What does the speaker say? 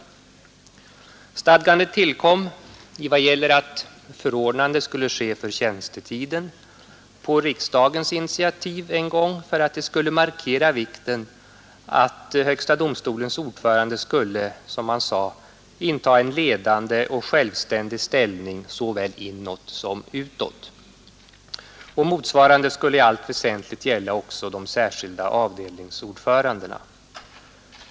Stadgandet Högsta domstolens tillkom — i vad gäller att förordnandet skulle ske för tjänstetiden — på kansli, m.m. riksdagens initiativ för att markera vikten av att högsta domstolens ordförande skulle, som man sade, ”inta en ledande och självständig ställning såväl inåt som utåt”. Motsvarande skulle i allt väsentligt gälla också de särskilda avdelningsordförandena.